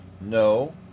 No